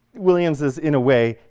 williams is, in a way,